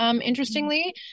Interestingly